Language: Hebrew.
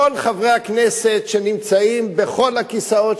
כל חברי הכנסת שנמצאים בכל הכיסאות,